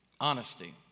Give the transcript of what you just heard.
Honesty